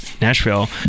Nashville